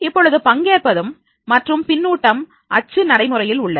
இப்பொழுது பங்கேற்பதும் மற்றும் பின்னூட்டம் அச்சு நடைமுறையில் உள்ளது